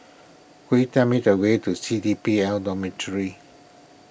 could you tell me the way to C D P L Dormitory